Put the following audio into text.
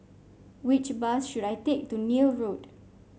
which bus should I take to Neil Road